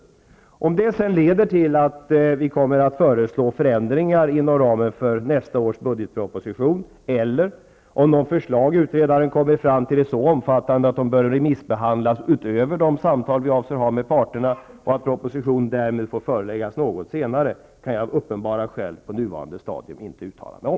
Om det sedan leder till att vi kommer att föreslå förändringar inom ramen för nästa års budgetproposition eller om de förslag som utredaren kommer fram till är så omfattande att de utöver de samtal som vi avser att ha med parterna bör remissbehandlas och att propositionen därmed får föreläggas något senare, kan jag av uppenbara skäl på nuvarande stadium inte uttala mig om.